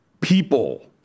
people